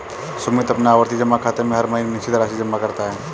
सुमित अपने आवर्ती जमा खाते में हर महीने निश्चित राशि जमा करता है